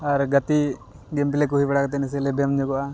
ᱟᱨ ᱜᱟᱛᱮᱜ ᱜᱮᱢ ᱯᱞᱮᱠᱚ ᱦᱩᱭ ᱵᱟᱲᱟ ᱠᱟᱛᱮᱫ ᱱᱟᱥᱮᱭᱟᱜ ᱞᱮ ᱵᱮᱭᱟᱢ ᱧᱚᱜᱚᱼᱟ